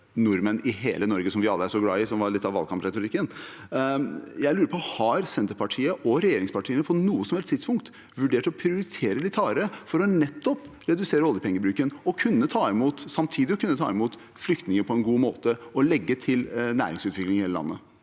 nordmenn i hele Norge – som vi alle er så glad i, som var litt av valgkampretorikken – får et bedre liv. Har Senterpartiet og regjeringen på noe som helst tidspunkt vurdert å prioritere litt hardere for å redusere oljepengebruken og samtidig kunne ta imot flyktninger på en god måte og legge til rette for næringsutvikling i hele landet?